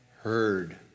heard